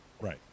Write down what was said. Right